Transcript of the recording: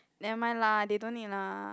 nevermind lah they don't need lah